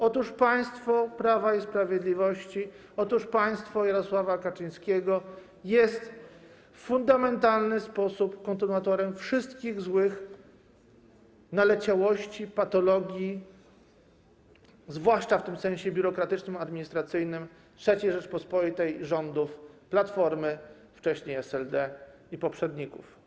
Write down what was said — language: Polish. Otóż państwo Prawa i Sprawiedliwości, otóż państwo Jarosława Kaczyńskiego jest w fundamentalny sposób kontynuatorem wszystkich złych naleciałości, patologii, zwłaszcza w tym sensie biurokratycznym, administracyjnym, III Rzeczypospolitej rządów Platformy, wcześniej SLD i poprzedników.